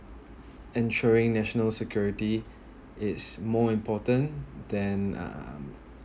ensuring national security is more important than um